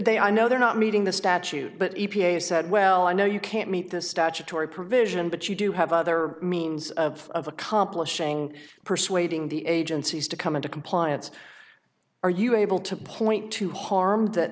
they i know they're not meeting the statute but a p a said well i know you can't meet the statutory provision but you do have other means of accomplishing persuading the agencies to come into compliance are you able to point to harm that